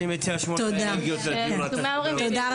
זה לא